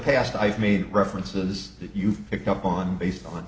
past i've made references that you've picked up on based on